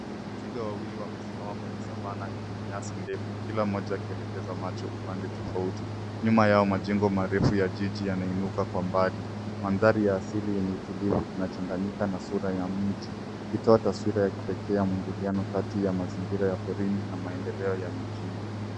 Twiga wawili wamesimama kwenye savana yenye nyasi ndefu, kila mmoja akielekeza macho upande tofauti. Nyuma yao, majengo marefu ya jiji yanainuka kwa mbali. Mandhari ya asili yenye utulivu inachanganyika na sura ya mji, ikitoa taswira ya kipekee ya mwingiliano kati ya mazingira ya porini na maendeleo ya mijini.